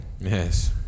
Yes